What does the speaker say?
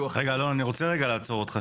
רגע, אלון, אני רוצה ליישר קו.